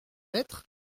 lettre